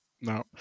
No